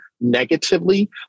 negatively